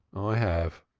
i have.